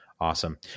awesome